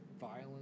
violence